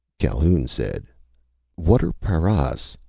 calhoun said what are paras?